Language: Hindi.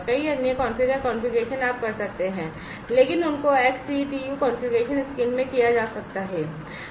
कई अन्य कॉन्फ़िगर कॉन्फ़िगरेशन आप कर सकते हैं लेकिन उन को XCTU कॉन्फ़िगरेशन स्क्रीन में किया जा सकता है